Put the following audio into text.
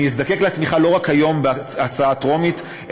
אני אזדקק לתמיכה לא רק היום בהצעה הטרומית,